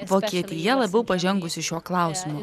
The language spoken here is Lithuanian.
vokietija labiau pažengusi šiuo klausimu